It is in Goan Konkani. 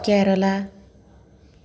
केरळा